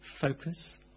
focus